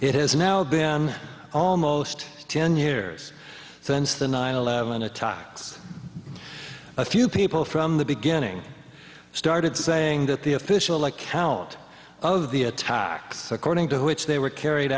has now been almost ten years since the nine eleven attacks a few people from the beginning started saying that the official like out of the attacks according to which they were carried